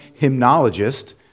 hymnologist